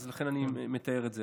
ולכן אני מתאר את זה.